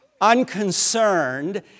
Unconcerned